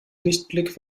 lichtblick